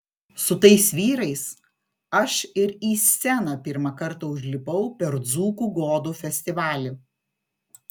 su tais vyrais aš ir į sceną pirmą kartą užlipau per dzūkų godų festivalį